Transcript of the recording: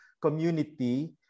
community